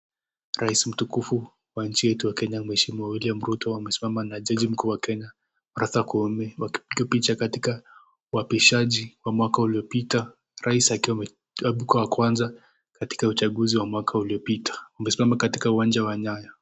Rais mtukufu wa nchi yetu ya Kenya William Ruto amesimama na jaji mkuu wa kenya Martha Koome wakipiga picha katika uapishaji wa mwaka uliopita ,rais akiwa ameibuka wa kwanza wa mwaka uliopita, wamesimama katika uwanja wa nyayo.